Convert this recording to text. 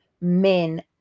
men